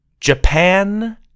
Japan